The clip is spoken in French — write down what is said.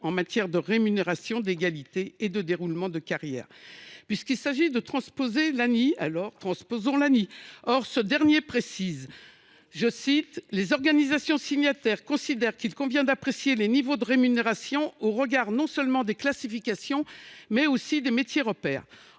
en matière de rémunération, d’égalité et de déroulement de carrière. Puisqu’il faut transposer l’ANI, faisons le totalement ! Ce dernier précise justement que « les organisations signataires considèrent qu’il convient d’apprécier les niveaux de rémunération au regard non seulement des classifications, mais aussi des métiers repères ».